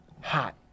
hot